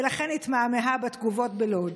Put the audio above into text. ולכן התמהמהה בתגובות בלוד.